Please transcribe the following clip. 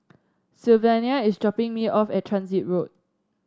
Sylvania is dropping me off at Transit Road